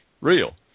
real